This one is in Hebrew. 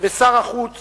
ושר החוץ